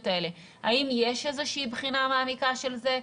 האלה אבל האם יש איזושהי בחינה מעמיקה של זה?